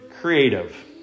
creative